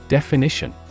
Definition